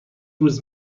روز